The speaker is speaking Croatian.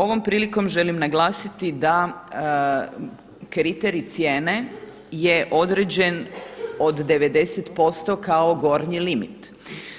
Ovom prilikom želim naglasiti da kriterij cijene je određen od 90% kao gornji limit